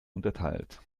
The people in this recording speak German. unterteilt